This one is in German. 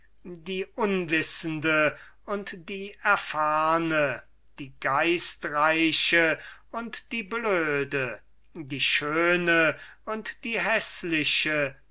die unwissende und die erfahrne die geistreiche und die blöde die schöne und die häßliche